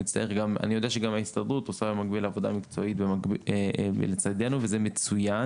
אני יודע שגם ההסתדרות עושה במקביל עבודה מקצועית לצידנו וזה מצוין.